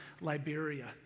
Liberia